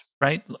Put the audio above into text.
right